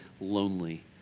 lonely